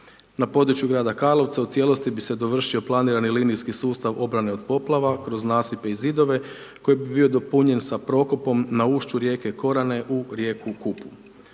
Na području grada Karlovca u cijelosti bi se dovršio planirani linijski sustav obrane od poplava kroz nasipe i zidove koji bi bio dopunjen sa prokopom na ušću rijeke Korane u rijeku Kupu.